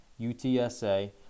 UTSA